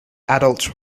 adult